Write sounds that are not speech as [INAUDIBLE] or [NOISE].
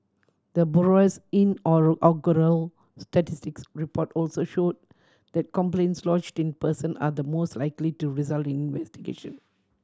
the bureau's [UNINTELLIGIBLE] statistics report also show that complaints lodged in person are the most likely to result investigation